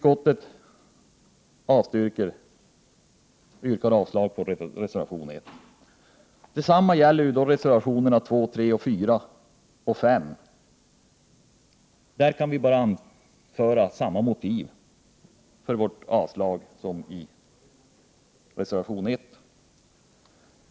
Jag yrkar därför avslag på reservation 1. När det gäller reservationerna 2-5 anför jag samma motiv för ett avslagsyrkande som när det gäller reservation 1.